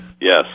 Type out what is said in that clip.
yes